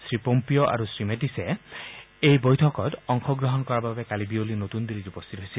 Shri Pompeo আৰু শ্ৰীমেটিছে এই বৈঠকত অংশগ্ৰহণ কৰাৰ বাবে কালি বিয়লি নতুন দিল্লীত উপস্থিত হৈছিল